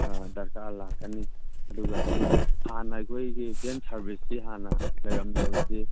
ꯗꯔꯀꯥꯔ ꯂꯥꯛꯀꯅꯤ ꯑꯗꯨꯒ ꯑꯩꯈꯣꯏ ꯍꯥꯟꯅ ꯑꯩꯈꯣꯏꯒꯤ ꯚꯦꯟ ꯁꯔꯚꯤꯁꯁꯤ ꯍꯥꯟꯅ ꯂꯩꯔꯝꯗꯕꯁꯤ